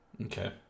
Okay